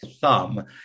thumb